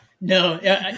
no